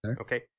Okay